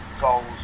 goals